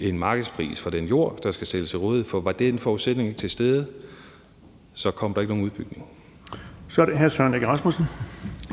en markedspris for den jord, der skal sættes til rådighed. For var den forudsætning ikke til stede, kom der ikke nogen udbygning. Kl. 11:27 Den fg. formand